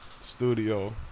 Studio